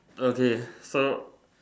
okay so